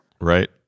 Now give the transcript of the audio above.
right